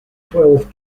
twelve